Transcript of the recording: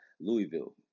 Louisville